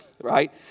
right